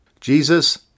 Jesus